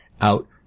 out